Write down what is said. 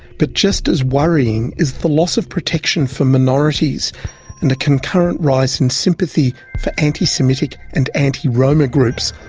but just as worrying is the loss of protection for minorities and a concurrent rise in sympathy for anti-semitic and anti-roma groups,